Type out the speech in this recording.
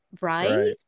Right